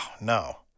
no